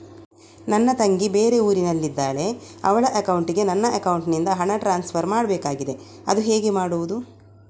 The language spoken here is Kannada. ನನ್ನ ತಂಗಿ ಬೇರೆ ಊರಿನಲ್ಲಿದಾಳೆ, ಅವಳ ಅಕೌಂಟಿಗೆ ನನ್ನ ಅಕೌಂಟಿನಿಂದ ಹಣ ಟ್ರಾನ್ಸ್ಫರ್ ಮಾಡ್ಬೇಕಾಗಿದೆ, ಅದು ಹೇಗೆ ಮಾಡುವುದು?